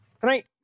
Tonight